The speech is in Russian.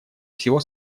всего